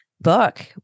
book